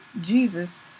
Jesus